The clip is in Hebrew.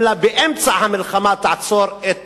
אלא באמצע המלחמה תעצור את